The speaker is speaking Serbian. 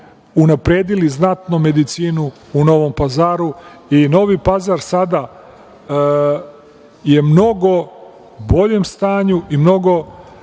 unapredili znatno medicinu u Novom Pazaru. Novi Pazar sada je u mnogo boljem stanju, mnogo